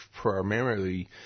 primarily